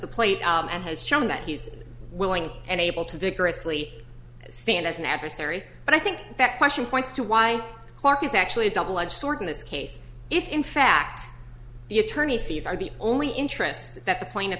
the plate and has shown that he's willing and able to vigorously stand as an adversary and i think that question points to why clarke is actually a double edged sword in this case if in fact the attorney fees are the only interest that the plaint